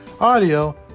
audio